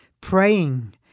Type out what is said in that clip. praying